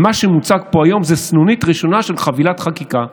ומה שמוצג פה היום זו סנונית ראשונה של חבילת חקיקה.